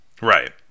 right